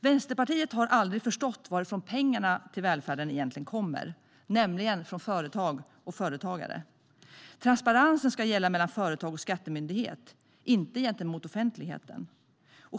Vänsterpartiet har aldrig förstått varifrån pengarna till välfärden egentligen kommer, nämligen från företag och företagare. Transparensen ska gälla mellan företag och skattemyndighet, inte gentemot offentligheten.